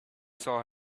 saw